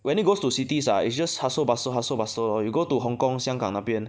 when it goes to cities ah it's just hustle bustle hustle bustle lor you go to Hong Kong 香港那边